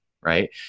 right